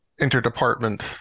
interdepartment